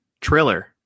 Triller